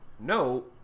No